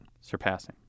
Surpassing